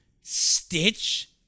Stitch